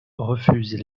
refusent